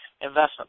investment